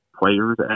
players